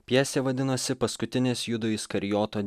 pjesė vadinosi paskutinės judo iskarijoto